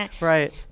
Right